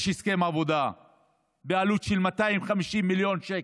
יש הסכם עבודה בעלות של 250 מיליון שקל.